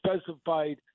specified